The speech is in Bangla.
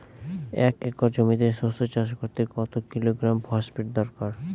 এক একর জমিতে সরষে চাষ করতে কত কিলোগ্রাম ফসফেট দরকার?